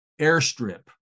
airstrip